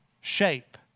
shape